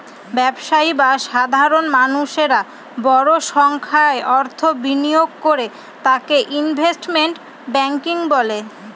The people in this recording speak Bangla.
ব্যবসায়ী বা সাধারণ মানুষেরা বড় সংখ্যায় অর্থ বিনিয়োগ করে তাকে ইনভেস্টমেন্ট ব্যাঙ্কিং বলে